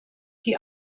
die